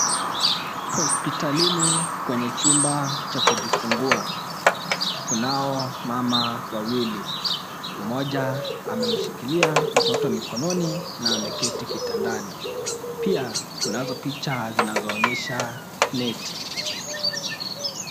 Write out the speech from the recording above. Hospitalini kwenye chumba cha kujifungua kunao mama wawili mmoja amemshikilia mtoto mkononi na ameketi kitandani. Pia kunazo picha zinazoonyesha neti.